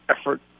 effort